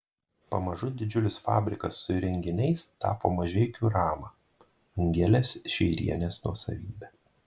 pamažu didžiulis fabrikas su įrenginiais tapo mažeikių rama angelės šeirienės nuosavybe